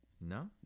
No